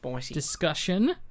discussion